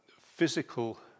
physical